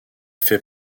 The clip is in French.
fait